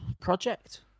Project